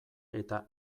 eta